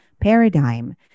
paradigm